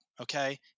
Okay